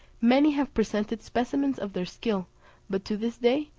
many have presented specimens of their skill but to this day,